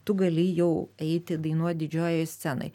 tu gali jau eiti dainuot didžiojoje scenoj